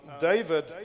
David